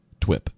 twip